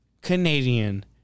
Canadian